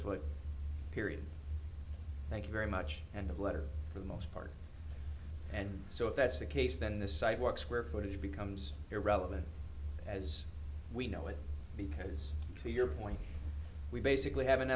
foot period thank you very much and of letter for the most part and so if that's the case then this site work square footage becomes irrelevant as we know it because to your point we basically have